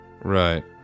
Right